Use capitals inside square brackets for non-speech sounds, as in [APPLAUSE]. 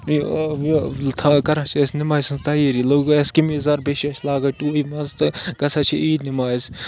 [UNINTELLIGIBLE] کَران چھِ أسۍ نٮ۪مازِ ہِنٛز تیٲری لوگ اَسہِ قمیٖز یَزار بیٚیہِ چھِ أسۍ لاگان ٹوٗپۍ منٛزٕ تہٕ گژھان چھِ عیٖد نٮ۪مازِ